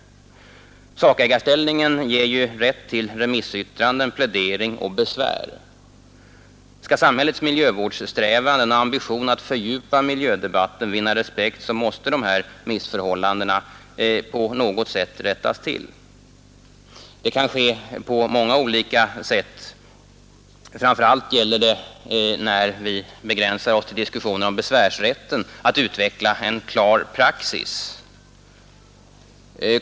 Sakägarställningen ger ju rätt till remissyttranden, plädering och besvär. Skall samhällets miljövårdssträvanden och ambition att fördjupa miljödebatten vinna respekt, måste dessa missförhållanden på något sätt rättas till. Det kan ske på många olika vägar. Framför allt gäller det när vi begränsar oss till diskussion om besvärsrätten att utveckla en klar praxis.